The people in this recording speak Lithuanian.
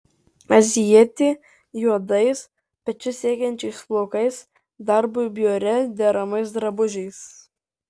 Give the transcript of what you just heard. azijietė juodais pečius siekiančiais plaukais darbui biure deramais drabužiais